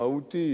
מהותי,